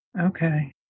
Okay